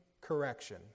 correction